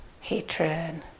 hatred